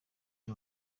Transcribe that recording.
ari